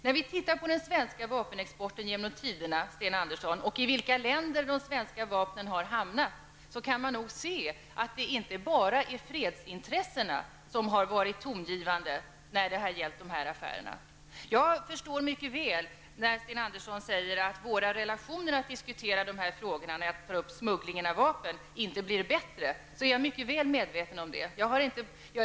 När man tittar på den svenska vapenexporten genom tiderna och i vilka länder de svenska vapnen har hamnat, kan man se att det inte bara är fredsintressena som har varit tongivande i dessa affärer. Jag förstår mycket väl när Sten Andersson säger att våra relationer när vi diskuterar smuggling av vapen inte blir bättre. Jag är mycket väl medveten om detta.